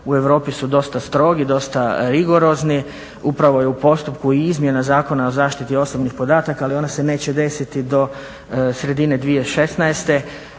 u Europi su dosta strogi, dosta rigorozni. Upravo je u postupku i izmjena zakona o zaštiti osobnih podataka ali ona se neće desiti do sredine 2016.